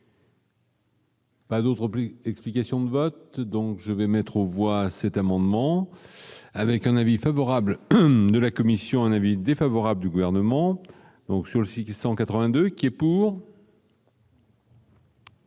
Pas d'autres pays, explications de vote, donc je vais mettre aux voix cet amendement avec un avis favorable de la commission, un avis défavorable du gouvernement donc sur le site 182 qui est pour.